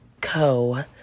Co